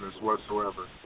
whatsoever